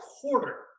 quarter